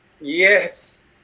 Yes